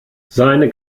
seine